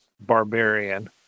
barbarian